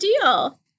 deal